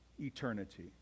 eternity